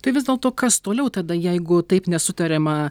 tai vis dėlto kas toliau tada jeigu taip nesutariama